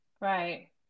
Right